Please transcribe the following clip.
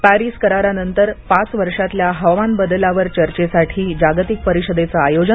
Paris करारानंतर पाच वर्षामधल्या हवामान बदलावर चर्चेसाठी जागतिक परिषदेचं आयोजन